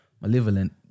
malevolent